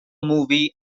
movie